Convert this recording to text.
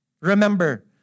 Remember